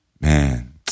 man